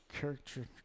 character